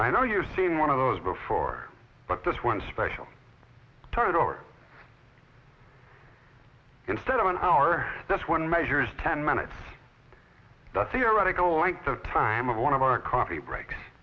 know you're seeing one of those before but this one special target or instead of an hour this one measures ten minutes the theoretical length of time of one of our coffee breaks